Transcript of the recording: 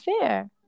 fair